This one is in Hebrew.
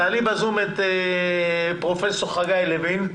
תעלי בזום את פרופ' חגי לוין.